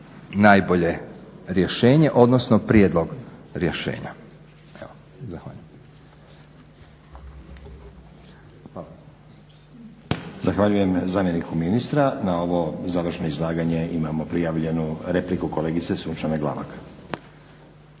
najbolje rješenje odnosno prijedlog rješenja. Zahvaljujem. **Stazić, Nenad (SDP)** Zahvaljujem zamjeniku ministra. Na ovo završno izlaganje imamo prijavljenu repliku kolegice Sunčane Glavak.